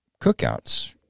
cookouts